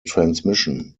transmission